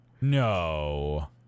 No